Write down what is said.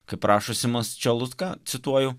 kaip rašo simas čelutka cituoju